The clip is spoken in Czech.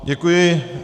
Děkuji.